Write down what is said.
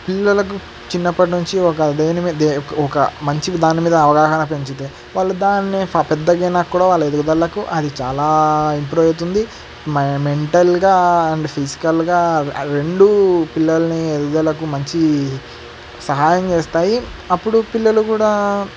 పిల్లలకు చిన్నప్పటినుంచి ఒక దేని మీద ఒక మంచి దాని మీద అవగాహన పెంచితే వాళ్ళు దానిని పెద్దయ్యాక కూడా వాళ్ళ ఎదుగుదలకు అది చాలా ఇంప్రూవ్ అవుతుంది మ మెంటల్ గా అండ్ ఫిజికల్ గా రెండు పిల్లల్ని ఎదుగుదలకు మంచి సహాయం చేస్తాయి అప్పుడు పిల్లలు కూడా